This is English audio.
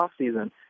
offseason